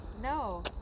No